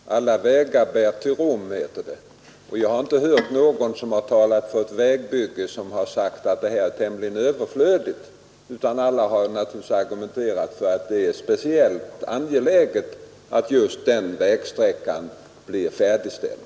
Herr talman! Alla vägar bär till Rom, heter det. Jag har inte hört någon som har talat för ett vägbygge säga att det är tämligen överflödigt, utan alla har naturligtvis argumenterat för att det är speciellt angeläget att just den vägsträckan blir färdigställd.